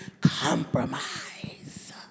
Compromise